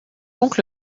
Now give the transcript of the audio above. donc